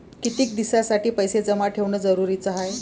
कितीक दिसासाठी पैसे जमा ठेवणं जरुरीच हाय?